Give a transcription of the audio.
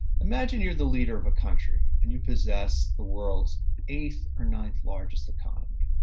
imagine you're the leader of a country and you possess the world's eighth or ninth largest economy,